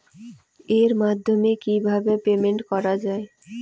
এর মাধ্যমে কিভাবে পেমেন্ট করা য়ায়?